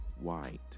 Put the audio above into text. white